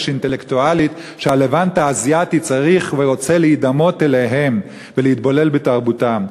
אינטלקטואלית שהלבנט האסיאתי צריך ורוצה להידמות אליהם ולהתבולל בתרבותם.